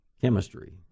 chemistry